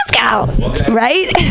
Right